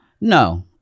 No